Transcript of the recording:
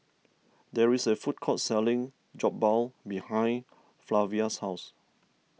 there is a food court selling Jokbal behind Flavia's house